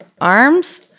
arms